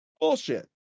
Bullshit